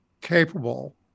capable